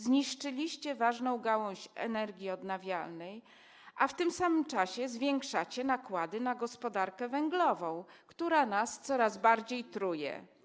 Zniszczyliście ważną gałąź energii odnawialnej, a w tym samym czasie zwiększacie nakłady na gospodarkę węglową, która nas coraz bardziej truje.